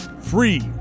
free